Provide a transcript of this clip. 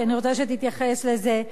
כי אני רוצה שתתייחס לזה,